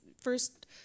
first